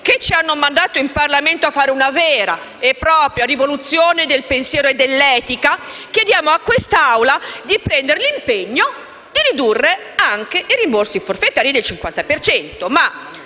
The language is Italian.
che ci hanno mandato in Parlamento a fare una vera e propria rivoluzione del pensiero e dell'etica, chiediamo a quest'Assemblea di prendere l'impegno di ridurre anche i rimborsi forfetari del 50